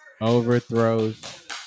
overthrows